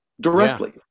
directly